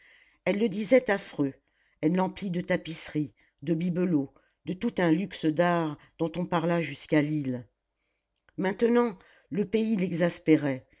elle le disait affreux elle l'emplit de tapisseries de bibelots de tout un luxe d'art dont on parla jusqu'à lille maintenant le pays l'exaspérait